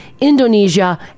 Indonesia